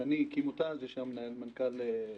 שני הקים אותה, מי שהיה מנכ"ל שיב"א,